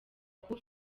kuba